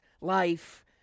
life